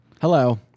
Hello